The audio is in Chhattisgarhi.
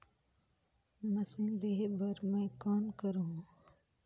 मशीन लेहे बर मै कौन करहूं?